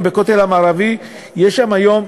בכותל המערבי יש היום,